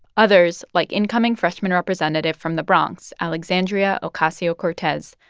others, like incoming freshman representative from the bronx, alexandria ocasio-cortez,